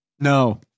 No